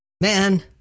Man